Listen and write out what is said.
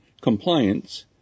compliance